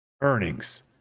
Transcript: earnings